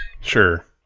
Sure